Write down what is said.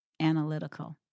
analytical